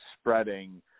spreading